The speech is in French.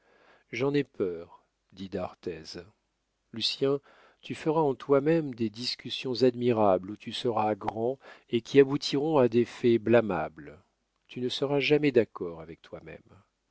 j'en ai peur dit d'arthez lucien tu feras en toi-même des discussions admirables où tu seras grand et qui aboutiront à des faits blâmables tu ne seras jamais d'accord avec toi-même